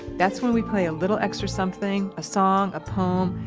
that's when we play a little extra something a song, a poem,